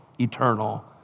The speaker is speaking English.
eternal